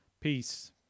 Peace